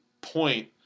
point